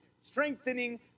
strengthening